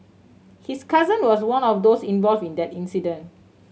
his cousin was one of those involve in that incident